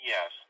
Yes